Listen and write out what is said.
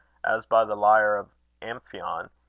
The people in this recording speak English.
as by the lyre of amphion,